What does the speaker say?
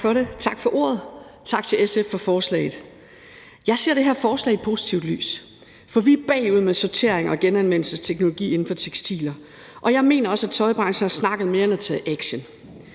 Tak for ordet, og tak til SF for forslaget. Jeg ser det her forslag i et positivt lys, for vi er bagud med sorterings- og genanvendelsesteknologi inden for tekstiler. Og jeg mener også, at tøjbranchen har snakket mere end taget action.